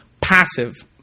passive